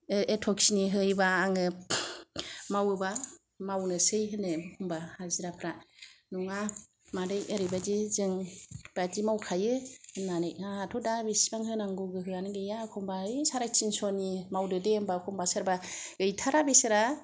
ओ एथ'खिनि होयोबा आङो मावोबा मावनोसै होनो एखनब्ला हाजिराफ्रा नङा मादै ओरैबायदि जों बादि मावखायो होननानै आंहाथ' दा बेसेबां होनांगौ गोहोयानो गैया एखनब्ला है सारेतिनस'नि मावदो दे होनबा एखम्बा सोरबा गैथारा बेसारा